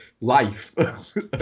life